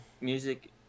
Music